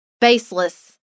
baseless